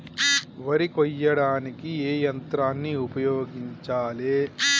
వరి కొయ్యడానికి ఏ యంత్రాన్ని ఉపయోగించాలే?